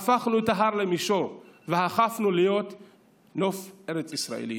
הפכנו את ההר למישור והפכנו להיות נוף ארצישראלי יפה.